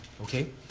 Okay